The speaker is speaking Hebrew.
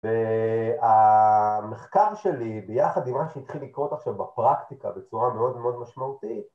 והמחקר שלי ביחד עם מה שהתחיל לקרות עכשיו בפרקטיקה בצורה מאוד מאוד משמעותית